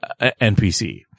NPC